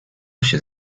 się